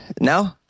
No